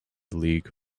league